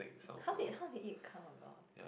how did how did it come about